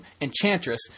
enchantress